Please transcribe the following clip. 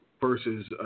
versus